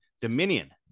dominion